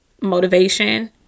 motivation